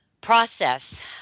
process